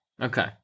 Okay